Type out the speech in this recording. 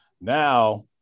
Now